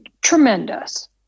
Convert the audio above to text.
tremendous